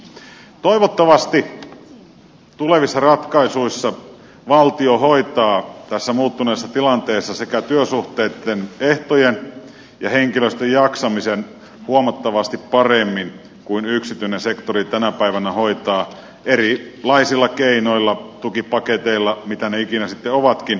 toivottavasti tulevissa ratkaisuissa valtio hoitaa tässä muuttuneessa tilanteessa sekä työsuhteitten ehdot että henkilöstön jaksamisen huomattavasti paremmin kuin yksityinen sektori tänä päivänä hoitaa erilaisilla keinoilla tukipaketeilla mitä ne ikinä sitten ovatkin